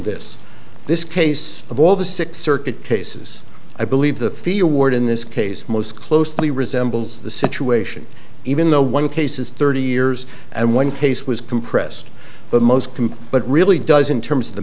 this this case of all the six circuit cases i believe the fear ward in this case most closely resembles the situation even though one case is thirty years and one case was compressed but most complete but really does in terms of the